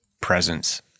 presence